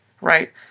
right